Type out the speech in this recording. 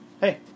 Hey